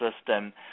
system